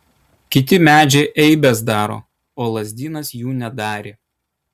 kiti medžiai eibes daro o lazdynas jų nedarė